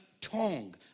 tongue